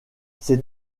ces